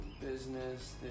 business